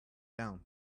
down